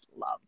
love